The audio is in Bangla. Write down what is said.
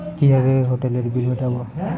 কিভাবে হোটেলের বিল মিটাব?